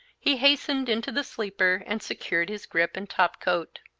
he hastened into the sleeper and secured his grip and top coat.